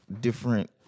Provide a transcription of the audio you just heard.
different